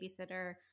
babysitter